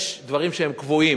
יש דברים שהם קבועים.